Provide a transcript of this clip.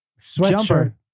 Sweatshirt